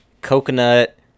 coconut